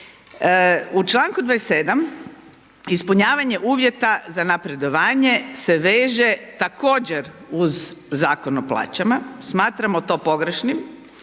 U članku 27. ispunjavanje uvjeta za napredovanje se veže također uz Zakon o plaćama, smatramo to pogrešnim,